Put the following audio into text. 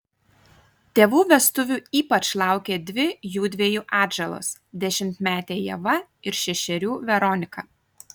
tėvų vestuvių ypač laukė dvi jųdviejų atžalos dešimtmetė ieva ir šešerių veronika